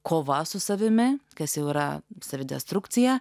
kova su savimi kad eurą savidestrukciją